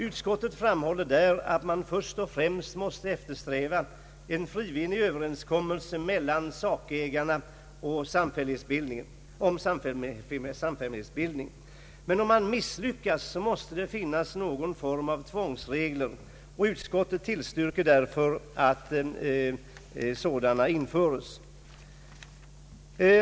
Utskottet framhåller att man måste eftersträva en frivillig överenskommelse om samfällighetsbildningen mellan skogsägarna. Men om man misslyckas, måste det finnas någon form av tvångsregler. Utskottet tillstyrker därför att sådana införes.